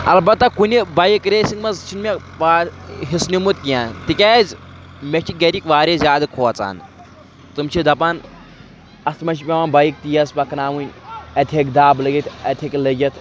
البتہ کُنہِ bike racing منٛز چھِنہٕ مےٚ پا حِصہٕ نِمُت کینٛہہ تِکیٛازِ مےٚ چھِ گَرِکۍ واریاہ زیادٕ کھوژان تٕم چھِ دَپان اَتھ منٛز چھِ پٮ۪وان بایِک تیز پَکناوٕنۍ اَتہِ ہیٚکہِ دَبہٕ لٔگِتھ اَتہِ ہیٚکہِ لٔگِتھ